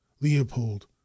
leopold